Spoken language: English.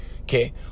Okay